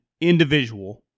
individual